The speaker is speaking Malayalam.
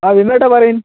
ആ വിനുവേട്ടാ പറയു